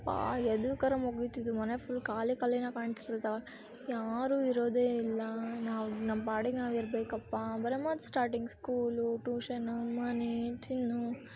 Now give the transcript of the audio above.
ಹಬ್ಬ ಎದಕರ ಮುಗ್ದಿತಿದು ಮನೆ ಫುಲ್ ಖಾಲಿ ಖಾಲಿನೇ ಕಾಣ್ಸ್ತಿರ್ತವೆ ಯಾರೂ ಇರೋದೇ ಇಲ್ಲ ನಾವು ನಮ್ಮ ಪಾಡಿಗೆ ನಾವು ಇರಬೇಕಪ್ಪ ಬರೆ ಮತ್ತು ಸ್ಟಾರ್ಟಿಂಗ್ ಸ್ಕೂಲು ಟೂಷನು ಮನೆ ತಿನ್ನು